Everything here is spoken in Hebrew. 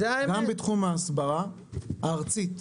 גם בתחום ההסברה הארצית,